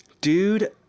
Dude